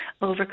over